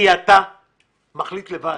כי אתה מחליט לבד.